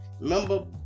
remember